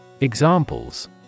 Examples